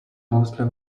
mostly